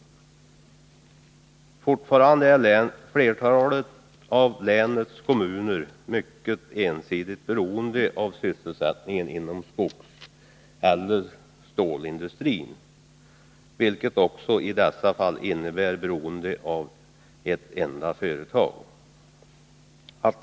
Fortfarande är flertalet av länets kommuner mycket ensidigt beroende av sysselsättningen inom skogseller stålindustrin, vilket också i dessa fall innebär beroende av ett enda företag.